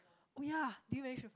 oh ya did you manage to